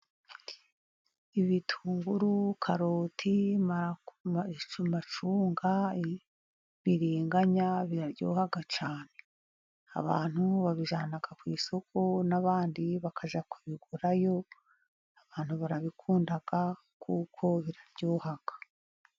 Ibitunguru, karoti, amacunga, biringanya, biraryoha cyane. Abantu babijyana ku isoko n'abandi bakajya kubigurayo. Abantu barabikunda kuko biraryoha.